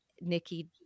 Nikki